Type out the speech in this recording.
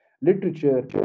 literature